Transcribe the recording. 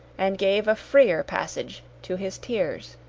and gave a freer passage to his tears.